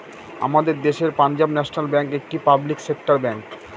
আমাদের দেশের Punjab national bank একটি পাবলিক সেক্টর ব্যাঙ্ক